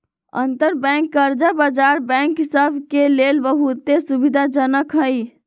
अंतरबैंक कर्जा बजार बैंक सभ के लेल बहुते सुविधाजनक हइ